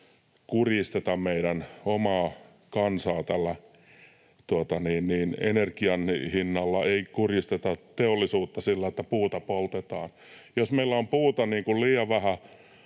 kurjisteta meidän omaa kansaa energian hinnalla ja ei kurjisteta teollisuutta sillä, että puuta poltetaan. Jos meillä on puuta liian vähän